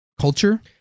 culture